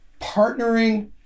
partnering